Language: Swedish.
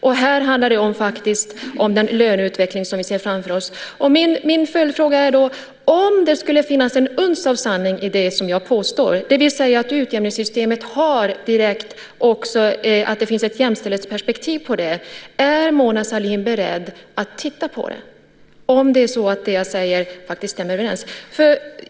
Det handlar om den löneutveckling som vi ser framför oss. Min följdfråga är: Om det skulle finnas ett uns av sanning i det som jag påstår, att det finns ett jämställdhetsperspektiv på utjämningssystemet, är Mona Sahlin beredd att titta på det?